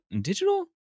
digital